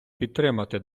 підтримати